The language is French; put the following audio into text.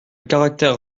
caractère